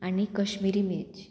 आनी कश्मिरी मिर्च